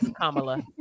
Kamala